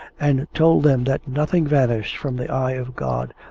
and told them that nothing vanished from the eye of god,